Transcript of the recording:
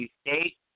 State